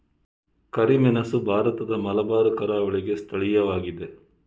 ಕರಿಮೆಣಸು ಭಾರತದ ಮಲಬಾರ್ ಕರಾವಳಿಗೆ ಸ್ಥಳೀಯವಾಗಿದೆ